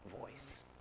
voice